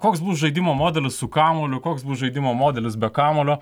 koks bus žaidimo modelis su kamuoliu koks bus žaidimo modelis be kamuolio